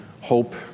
hope